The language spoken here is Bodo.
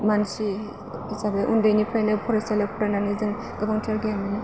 मानसि जाबाय उन्दैनिफ्रायनो फरायसालियाव फरायनानै जों गोबांथार गियान मोनो